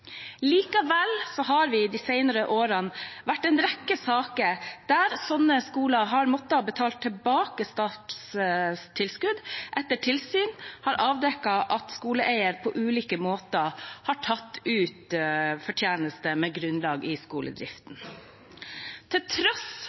Likevel har det i de senere årene vært en rekke saker der slike skoler har måttet betale tilbake statstilskudd etter at tilsyn har avdekket at skoleeieren på ulike måter har tatt ut fortjeneste med grunnlag i skoledriften. Til tross